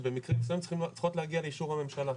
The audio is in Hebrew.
שבמקרים מסוימים צריכות להגיע לאישור הממשלה,